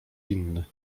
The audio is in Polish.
inny